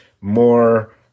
more